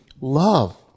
love